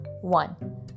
One